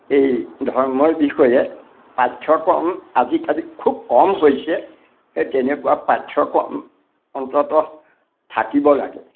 এই ধৰ্মৰ বিষয়ে পাঠ্যক্ৰম আজিকালি খুব কম হৈছে সেই তেনেকুৱা পাঠ্যক্ৰম অন্ততঃ থাকিব লাগে